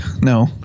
No